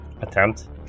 Attempt